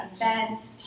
events